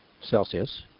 Celsius